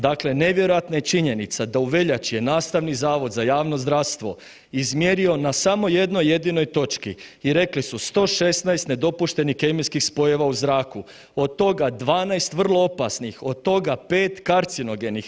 Dakle, nevjerojatna je činjenica da u veljači je Nastavni zavod za javno zdravstvo izmjerio na samo jednoj jedinoj točki i rekli su 116 nedopuštenih kemijskih spojeva u zraku, od toga 12 vrlo opasnih, od toga 5 karcinogenih.